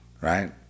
right